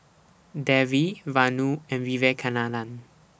Devi Vanu and Vivekananda